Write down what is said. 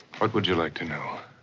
what would you like to know?